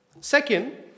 Second